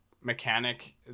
mechanic